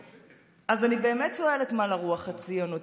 אז אני באמת שואלת מה לרוח הציונית,